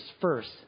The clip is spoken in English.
first